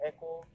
Echo